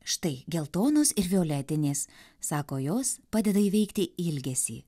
štai geltonos ir violetinės sako jos padeda įveikti ilgesį